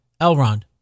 Elrond